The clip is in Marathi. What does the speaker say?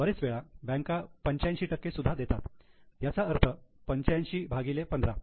बरेच वेळा बँका 85 सुद्धा देतात याचा अर्थ 85 भागिले 15